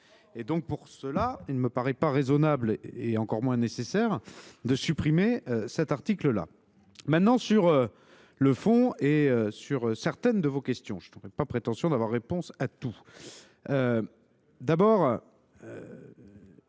Pour cela, il ne me paraît pas raisonnable, et encore moins nécessaire, de supprimer cet article. Maintenant, abordons le fond et certaines de vos questions, même si je n’ai pas la prétention d’avoir réponse à tout.